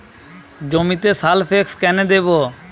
জমিতে সালফেক্স কেন দেবো?